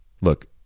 look